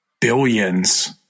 billions